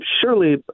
surely